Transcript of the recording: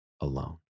alone